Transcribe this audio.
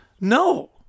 No